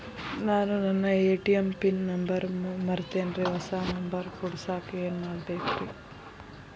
ನಾನು ನನ್ನ ATM pin number ಮರ್ತೇನ್ರಿ, ಹೊಸಾ ನಂಬರ್ ಕುಡಸಾಕ್ ಏನ್ ಮಾಡ್ಬೇಕ್ರಿ?